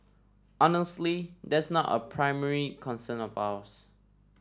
honestly that's not a primary concern of ours